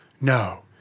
no